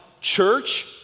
church